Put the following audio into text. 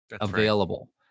available